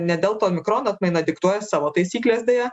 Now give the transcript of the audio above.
ne delta omikrono atmaina diktuoja savo taisykles deja